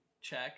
check